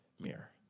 mirror